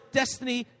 destiny